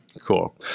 Cool